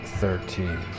thirteen